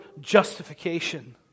justification